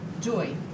joy